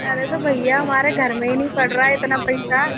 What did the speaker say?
अरे तो भैया हमारे घर में ही नहीं पड़ रहा है इतना पैसा